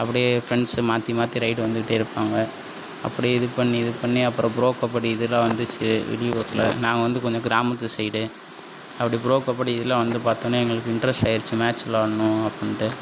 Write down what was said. அப்படியே ஃபிரெண்ட்ஸு மாற்றி மாற்றி ரைடு வந்துகிட்டே இருப்பாங்க அப்படியே இது பண்ணி இது பண்ணி அப்புறம் ப்ரோ கபடி இதில் வந்துச்சு வெளியூரில் நாங்கள் வந்து கொஞ்சம் கிராமத்து சைடு அப்படி ப்ரோ கபடி இதில் வந்து பாத்தோடன்னேயே எங்களுக்கு இன்ட்ரெஸ்ட் ஆகிடுச்சு மேட்ச் வெளையாடணும் அப்படின்ட்டு